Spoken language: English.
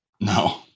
No